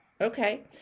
Okay